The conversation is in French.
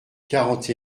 quarante